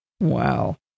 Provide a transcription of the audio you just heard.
Wow